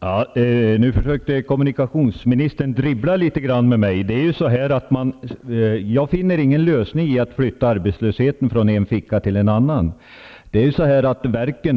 Herr talman! Nu försökte kommunikationsministern dribbla litet grand med mig. Jag anser inte att det innebär någon lösning att flytta arbetslösheten från en ficka till en annan. Verken,